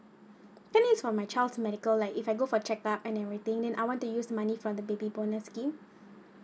can use for my child's medical like if I go for checkup and everything then I want to use money from the baby bonus scheme